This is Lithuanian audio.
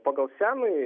pagal senąjį